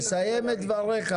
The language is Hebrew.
תסיים את דבריך.